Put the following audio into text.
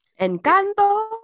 Encanto